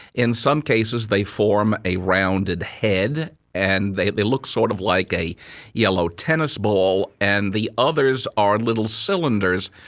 in some cases they form a rounded head and they they look sort of like a yellow tennis ball. and the others are little cylinders.